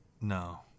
No